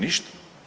Ništa.